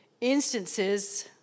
instances